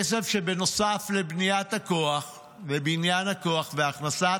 כסף שבנוסף לבניית הכוח, בניין הכוח והכנסת